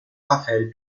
rafael